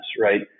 Right